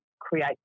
create